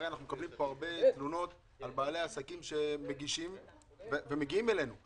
הרי אנחנו מקבלים הרבה תלונות על בעלי עסקים שמגישים ומגיעים אלינו.